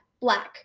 black